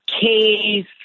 case